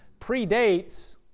predates